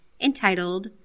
entitled